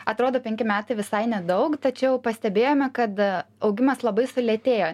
atrodo penki metai visai nedaug tačiau pastebėjome kada augimas labai sulėtėjo